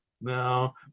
no